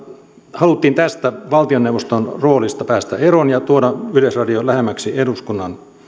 haluttiin tästä valtioneuvoston roolista päästä eroon ja tuoda yleisradio lähemmäksi eduskunnan